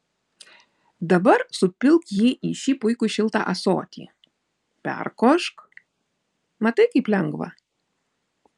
dabar supilk jį į šį puikų šiltą ąsotį perkošk matai kaip lengva